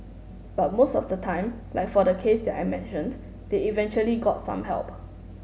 but most of the time like for the case that I mentioned they eventually got some help